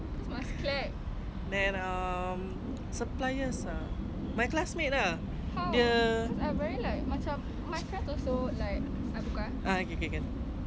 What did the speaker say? then um suppliers ah my classmate lah the ah K K can